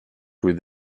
with